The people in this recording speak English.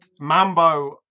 Mambo